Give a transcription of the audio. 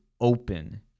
open